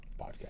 Podcast